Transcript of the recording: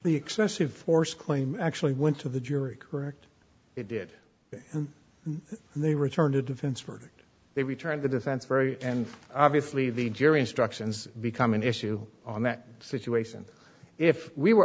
the excessive force claim actually went to the jury correct it did and they returned a defense verdict they returned the defense very and obviously the jury instructions become an issue on that situation if we were